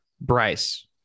Bryce